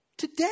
Today